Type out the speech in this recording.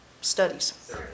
Studies